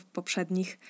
poprzednich